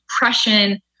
depression